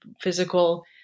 physical